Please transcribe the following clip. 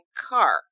car